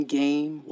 game